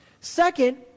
Second